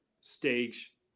stage